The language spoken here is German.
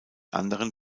anderen